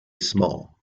small